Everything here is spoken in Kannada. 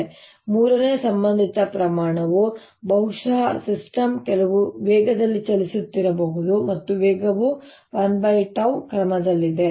ಮತ್ತು ಮೂರನೇ ಸಂಬಂಧಿತ ಪ್ರಮಾಣವು ಬಹುಶಃ ಸಿಸ್ಟಮ್ ಕೆಲವು ವೇಗದಲ್ಲಿ ಚಲಿಸುತ್ತಿರಬಹುದು ಮತ್ತು ವೇಗವು 1 𝜏 ಕ್ರಮದಲ್ಲಿದೆ